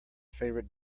favorite